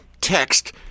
text